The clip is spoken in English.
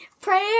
Prayer